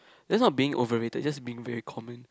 that's not being overrated just being very common